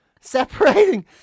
separating